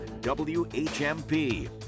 WHMP